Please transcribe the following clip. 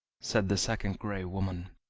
said the second gray woman.